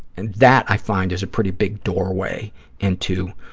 and that, i find, is a pretty big doorway into